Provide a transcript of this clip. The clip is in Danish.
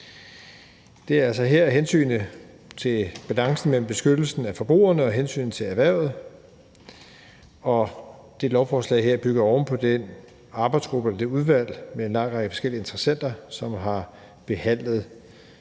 Det handler altså her om balancen mellem hensynet til beskyttelsen af forbrugerne og hensyn til erhvervet. Lovforslaget her bygger oven på arbejdet i det udvalg med en lang række forskellige interessenter, som har behandlet